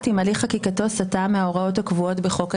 אם הליך חקיקתו סטה מההוראות הקבועות בחוק היסוד.